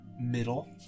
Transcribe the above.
middle